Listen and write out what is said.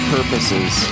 Purposes